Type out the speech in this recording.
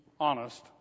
honest